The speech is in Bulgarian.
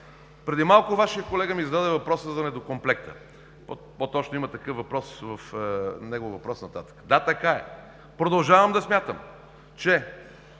Преди малко Вашият колега ми зададе въпроса за недокомплекта – по-точно има такъв негов въпрос по-нататък. Да, така е. Продължавам да смятам, че